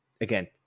again